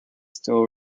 still